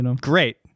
great